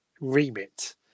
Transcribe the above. remit